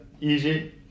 easy